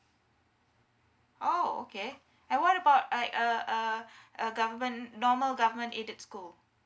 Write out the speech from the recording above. oh okay and what about like a a a government normal government aided school